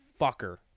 fucker